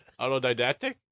Autodidactic